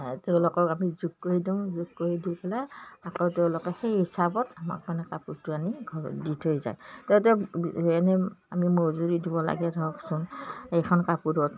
তেওঁলোকক আমি জোখ কৰি দিওঁ জোখ কৰি দি পেলাই আকৌ তেওঁলোকে সেই হিচাপত আমাক কাৰণে কাপোৰটো আনি ঘ দি থৈ যায় তেওঁ তেওঁ এনেই আমি মজুৰি দিব লাগে ধৰকচোন এখন কাপোৰত